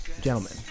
Gentlemen